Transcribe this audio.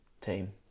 team